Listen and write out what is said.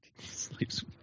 Sleep's